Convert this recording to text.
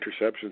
interceptions